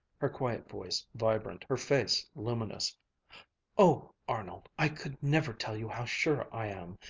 her quiet voice vibrant, her face luminous oh, arnold, i could never tell you how sure i am.